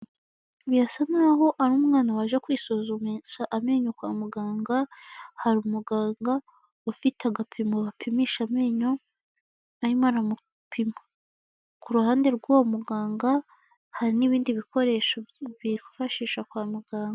Birasa nk'aho ari umwana waje kwisuzumisha amenyo kwa muganga, hari umuganga ufite agapimo bapimisha amenyo arimo aramupima, ku ruhande rw'uwo muganga hari n'ibindi bikoresho bifashisha kwa muganga.